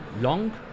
long